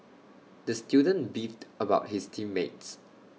the student beefed about his team mates